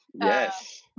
Yes